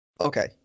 okay